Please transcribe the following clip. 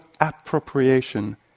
appropriation